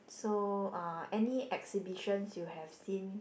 so uh any exhibitions you have seen